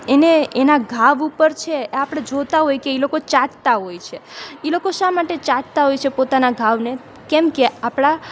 એને એનાં ઘાવ ઉપર છે એ આપણે જોતાં હોય કે એ લોકો ચાટતાં હોય છે એ લોકો શા માટે ચાટતાં હોય છે પોતાનાં ઘાવને કેમ કે આપણાં